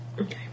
Okay